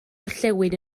orllewin